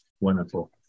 Wonderful